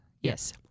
Yes